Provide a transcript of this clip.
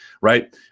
right